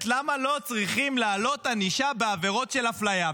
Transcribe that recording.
למה לא צריכים להעלות ענישה בעבירות של אפליה,